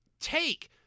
take